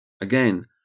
Again